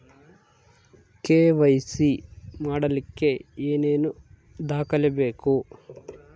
KYC ಮಾಡಲಿಕ್ಕೆ ಏನೇನು ದಾಖಲೆಬೇಕು?